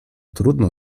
trudno